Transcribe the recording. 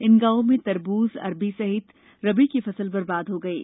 इन गाँवो में तरबूज अरबी सहित रबी की फसल बर्बाद हो गई है